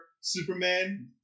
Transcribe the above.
Superman